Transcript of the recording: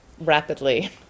rapidly